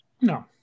No